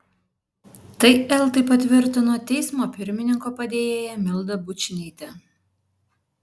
tai eltai patvirtino teismo pirmininko padėjėja milda bučnytė